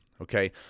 okay